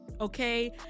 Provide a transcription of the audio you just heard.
Okay